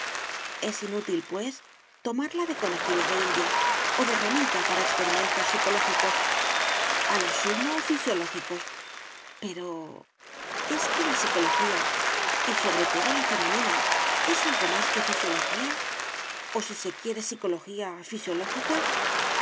es inútil pues tomarla de conejilla de indias o de ranita para experimentos psicológicos a lo sumo fisiológicos pero es que la psicología y sobre todo la femenina es algo más que fisiología o si se quiere psicología fisiológica